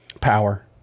Power